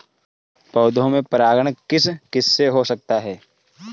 पौधों में परागण किस किससे हो सकता है?